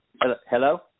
Hello